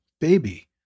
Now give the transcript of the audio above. baby